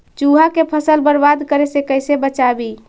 चुहा के फसल बर्बाद करे से कैसे बचाबी?